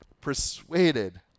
Persuaded